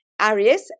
Aries